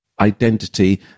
identity